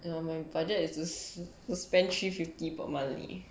you know my budget is to spend three fifty per monthly